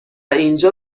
اینجا